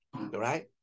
right